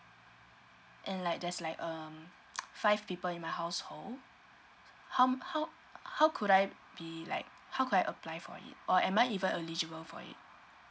and like there's like um five people in my household how how how could I be like how could I apply for it or am I even eligible for it